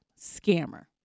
scammer